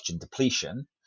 depletion